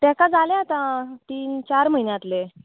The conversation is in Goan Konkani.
तेका जाले आतां तीन चार म्हयने जातले